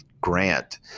Grant